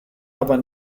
aber